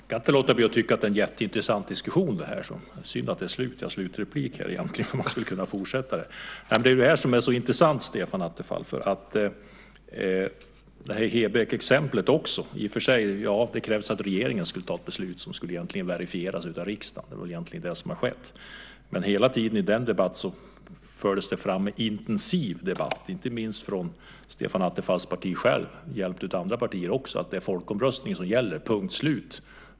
Herr talman! Jag kan inte låta bli att tycka att det här är en jätteintressant diskussion. Det är synd att jag har slutreplik. Jag skulle kunna fortsätta. Det här är så intressant, Stefan Attefall - också Hebyexemplet. Ja, i och för sig krävs det att regeringen ska ta ett beslut som ska verifieras av riksdagen. Det är väl egentligen det som har skett. Men hela tiden fördes det intensivt fram i debatten, inte minst från Stefan Attefalls parti jämte andra partier, att det är folkomröstningen som gäller, punkt slut!